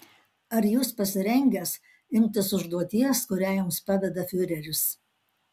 ar jūs pasirengęs imtis užduoties kurią jums paveda fiureris